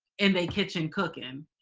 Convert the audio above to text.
in they kitchen cooking.